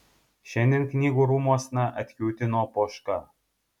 šiandien knygų rūmuosna atkiūtino poška